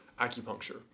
acupuncture